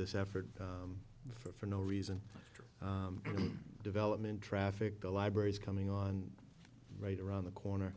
this effort for no reason development traffic to libraries coming on right around the corner